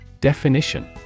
Definition